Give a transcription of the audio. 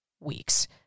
weeks